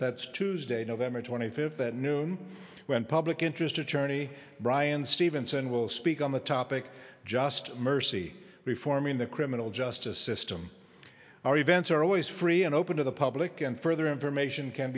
that's tuesday november twenty fifth at noon when public interest attorney brian stevenson will speak on the topic just mercy reforming the criminal justice system our events are always free and open to the public and further information can